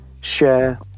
share